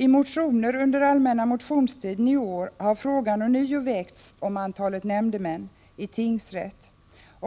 I motioner under allmänna motionstiden i år har frågan ånyo väckts om antalet nämndemän i tingsrätt,